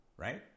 Right